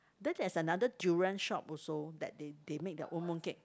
then there's another durian shop also that they they make their own mooncake